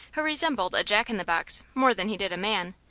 who resembled a jack-in-the-box more than he did a man,